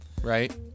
right